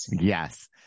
Yes